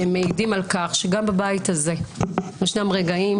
שמעידים על כך שגם בבית הזה ישנם רגעים